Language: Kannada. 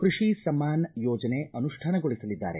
ಕೃಷಿ ಸಮ್ಮಾನ್ ಯೋಜನೆ ಅನುಷ್ಠಾನಗೊಳಿಸಲಿದ್ದಾರೆ